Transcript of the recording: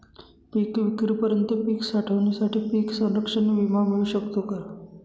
पिकविक्रीपर्यंत पीक साठवणीसाठी पीक संरक्षण विमा मिळू शकतो का?